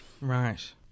Right